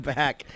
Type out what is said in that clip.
back